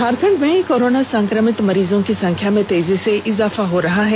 झारखंड में कोरोना संक्रमित मरीजों की संख्या में तेजी से इजाफा हो रहा है